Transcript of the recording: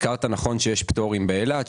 הזכרת נכון שיש פטורים באילת,